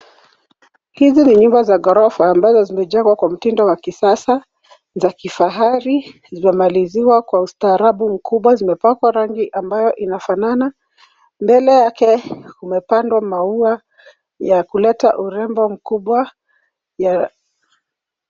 Hizi ni nyumba za ghorofa ambazo zimejengwa kwa mtindo za kisasa za kifahari, zamaliziwa kwa ustaarabu mkubwa zimepakwa rangi ambayo inafanana. Mbele yake kumepandwa maua ya kuleta urembo mkubwa.